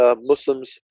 Muslims